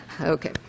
Okay